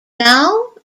now